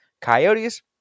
Coyotes